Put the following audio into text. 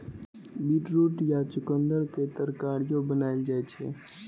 beetroot या चुकंदर के तरकारियो बनाएल जाइ छै